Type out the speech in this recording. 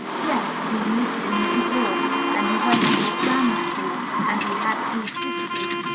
yes, he lived in new york, and he went to a grammar school, and he had two sisters.